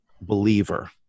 believer